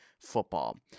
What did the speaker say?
football